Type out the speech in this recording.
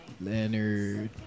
Leonard